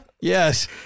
Yes